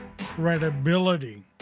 credibility